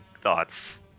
Thoughts